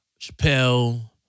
Chappelle